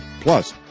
Plus